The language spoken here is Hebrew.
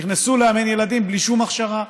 נכנסו לאמן ילדים בלי שום הכשרה.